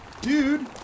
Dude